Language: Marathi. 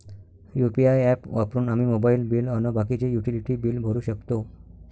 यू.पी.आय ॲप वापरून आम्ही मोबाईल बिल अन बाकीचे युटिलिटी बिल भरू शकतो